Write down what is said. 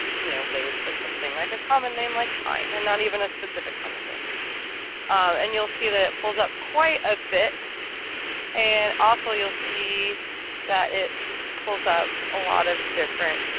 you know, they would put something like a common name like pine and not even a specific common name and you'll see that it pulls up quite a bit and also, you'll see that it pulls up a lot of different